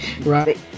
Right